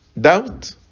Doubt